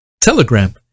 Telegram